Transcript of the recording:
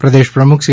પ્રદેશ પ્રમુખ સી